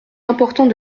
important